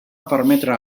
permetre